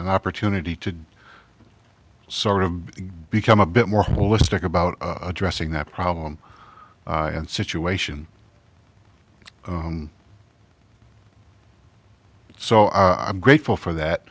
an opportunity to sort of become a bit more holistic about addressing that problem and situation so i'm grateful for that